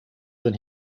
than